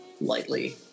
lightly